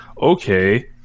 okay